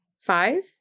five